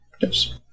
yes